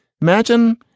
Imagine